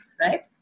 right